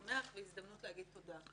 בהחלט אירוע משמח והזדמנות להגיד תודה.